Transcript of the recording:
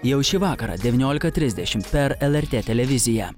jau šį vakarą devyniolika trisdešim per lrt televiziją